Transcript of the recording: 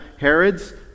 Herod's